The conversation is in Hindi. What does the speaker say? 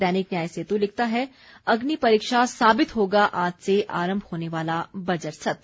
दैनिक न्याय सेतु लिखता है अग्नि परीक्षा साबित होगा आज से आरंभ होने वाला बजट सत्र